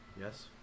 Yes